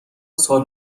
سال